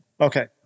Okay